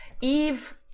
Eve